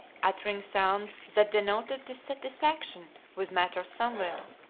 uttering sounds that denoted dissatisfaction with matters somewhere.